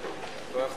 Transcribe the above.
האמת